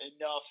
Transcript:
enough